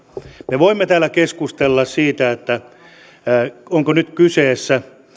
me voimme täällä keskustella siitä onko nyt kyseessä